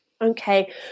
Okay